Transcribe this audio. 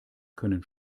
können